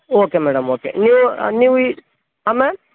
okay madam okay ನೀವು ನೀವು ಹಾಂ ಮ್ಯಾಮ್